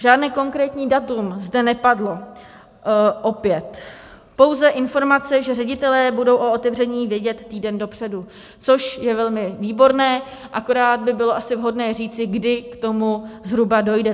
Žádné konkrétní datum zde opět nepadlo, pouze informace, že ředitelé budou o otevření vědět týden dopředu, což je velmi výborné, akorát by bylo asi vhodné říci, kdy k tomu zhruba dojde.